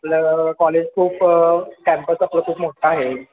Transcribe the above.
आपलं कॉलेज खूप कॅम्पस आपलं खूप मोठं आहे